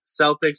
Celtics